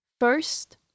First